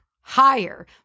higher